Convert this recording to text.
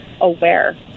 aware